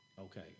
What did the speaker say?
okay